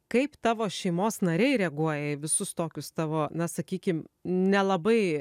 kaip tavo šeimos nariai reaguoja į visus tokius tavo na sakykim nelabai